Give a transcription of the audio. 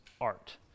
art